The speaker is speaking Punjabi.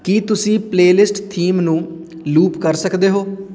ਕੀ ਤੁਸੀਂ ਪਲੇਲਿਸਟ ਥੀਮ ਨੂੰ ਲੂਪ ਕਰ ਸਕਦੇ ਹੋ